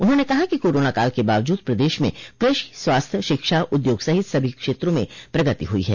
उन्होंने कहा कि कोरोना काल के बावजूद प्रदेश में कृषि स्वास्थ्य शिक्षा उद्योग सहित सभी क्षेत्रों में प्रगति हुई है